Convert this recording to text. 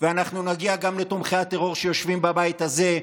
ואנחנו נגיע גם לתומכי הטרור שיושבים בבית הזה,